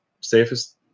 safest